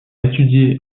étudié